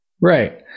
Right